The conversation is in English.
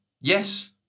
Yes